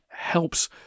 helps